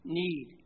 need